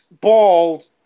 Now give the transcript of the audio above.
bald